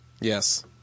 Yes